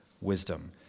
wisdom